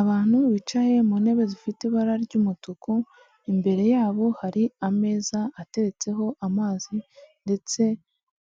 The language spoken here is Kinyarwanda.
Abantu bicaye mu ntebe zifite ibara ry'umutuku, imbere yabo hari ameza ateretseho amazi ndetse